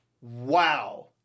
Wow